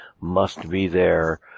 must-be-there